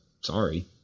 sorry